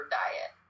diet